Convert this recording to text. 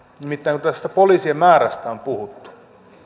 nimittäin kun tästä poliisien määrästä on puhuttu